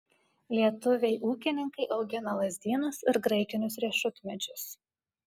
lietuviai ūkininkai augina lazdynus ir graikinius riešutmedžius